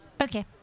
Okay